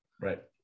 Right